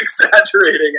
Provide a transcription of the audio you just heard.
exaggerating